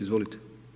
Izvolite.